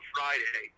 Friday